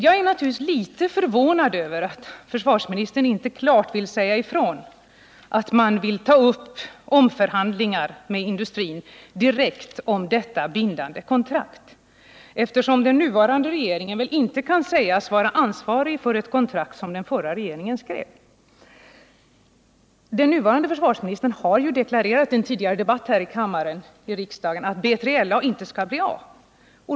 Jag är naturligtvis litet förvånad över att försvarsministern inte klart vill säga ifrån att man vill ta upp omförhandlingar med industrin direkt om detta 14 bindande kontrakt, eftersom den nuvarande regeringen inte kan sägas vara ansvarig för ett kontrakt som den förra regeringen skrev. Den nuvarande Nr 46 försvarsministern har ju deklarerat i en tidigare debatt här i kammaren att B3LA inte skulle bli av.